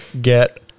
Get